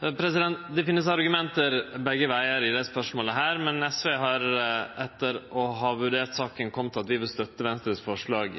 bevisst. Det finst argument begge vegar i dette spørsmålet, men SV har, etter ei vurdering av saka, kome til at vi vil støtte Venstres forslag